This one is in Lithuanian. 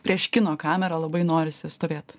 prieš kino kamerą labai norisi stovėt